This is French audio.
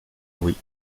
louis